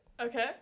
Okay